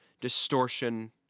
distortion